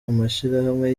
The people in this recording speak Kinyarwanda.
amashirahamwe